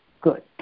good